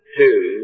two